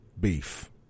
beef